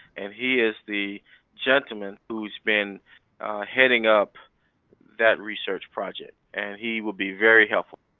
and he is the gentleman who's been heading up that research project and he would be very helpful.